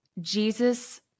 Jesus